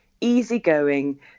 easygoing